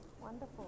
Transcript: wonderful